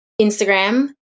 Instagram